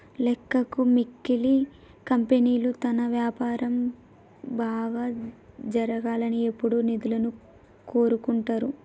లెక్కకు మిక్కిలి కంపెనీలు తమ వ్యాపారం బాగా జరగాలని ఎప్పుడూ నిధులను కోరుకుంటరు